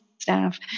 staff